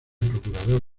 procurador